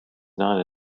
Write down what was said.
not